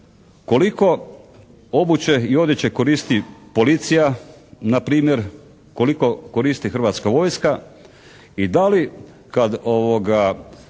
koliko obuće i odjeće koristi policija npr. koliko koristi Hrvatska vojska i da li kad putem